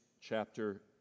chapter